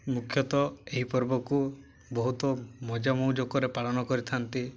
ମୁଖ୍ୟତଃ ଏହି ପର୍ବକୁ ବହୁତ ମଜାମଉଯୋକରେ ପାଳନ କରିଥାନ୍ତି